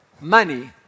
money